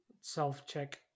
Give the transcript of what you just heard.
self-check